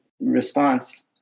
response